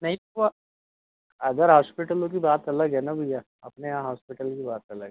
नहीं तो अदर हॉस्पिटलों की बात अलग है ना भैया अपने यहाँ हॉस्पिटल की बात अलग है